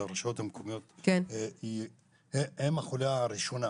הרשויות המקומיות תהיינה החוליה הראשונה,